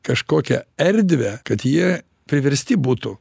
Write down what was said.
kažkokią erdvę kad jie priversti būtų